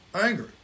angry